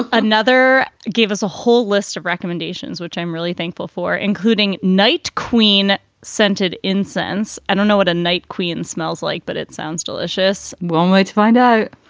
another gave us a whole list of recommendations, which i'm really thankful for, including night queen scented incense. i don't know what a night queen smells like, but it sounds delicious. one way to find out.